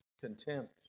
Contempt